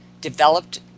developed